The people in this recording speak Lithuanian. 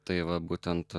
tai va būtent